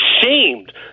ashamed